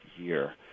year